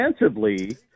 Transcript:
Defensively